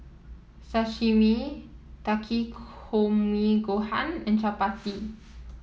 Sashimi Takikomi Gohan and Chapati